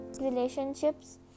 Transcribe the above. relationships